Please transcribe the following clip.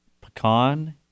pecan